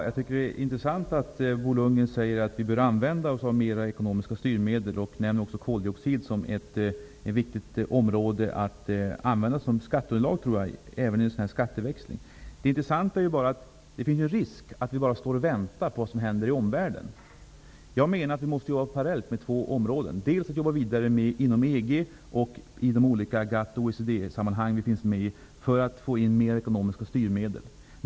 Fru talman! Det är intressant att Bo Lundgren säger att vi bör använda oss av ekonomiska styrmedel i högre grad och att han också nämner koldioxid som ett viktigt område att använda som skatteunderlag även i en sådan här skatteväxling. Det finns emellertid en risk att vi bara står och väntar på vad som skall hända i omvärlden. Jag menar att vi måste jobba parallellt med två områden. Vi måste jobba vidare inom EG och inom de olika GATT och OECD-sammanhang som vi finns med i för att få in mer ekonomiska styrmedel.